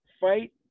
Fight